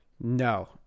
no